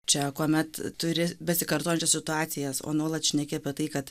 čia kuomet turi besikartojančias situacijas o nuolat šneki apie tai kad